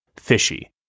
fishy